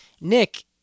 Nick